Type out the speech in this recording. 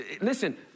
Listen